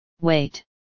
wait